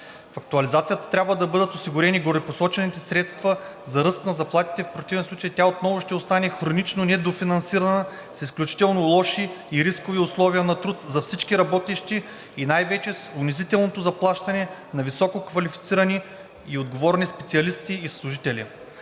В актуализацията трябва да бъдат осигурени горепосочените средства за ръст на заплатите, в противен случай тя отново ще остане хронично недофинансирана, с изключително лоши и рискови условия на труд за всички работещи и най-вече с унизителното заплащане на висококвалифицирани и отговорни специалисти и служители.